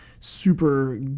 super